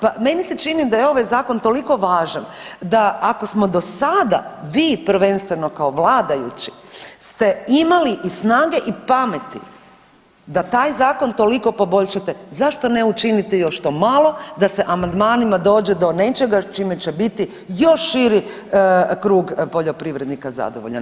Pa meni se čini da je ovaj Zakon toliko važan da ako smo do sada vi prvenstveno kao vladajući ste imali i snage i pameti da taj Zakon toliko poboljšate zašto ne učinite još to malo da se amandmanima dođe do nečega čime će biti još širi krug poljoprivrednika zadovoljan.